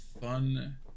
fun